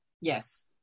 Yes